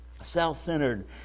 self-centered